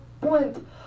point